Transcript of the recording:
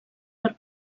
per